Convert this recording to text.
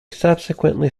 subsequently